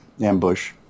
ambush